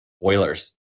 boilers